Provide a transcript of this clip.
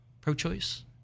Pro-choice